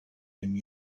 and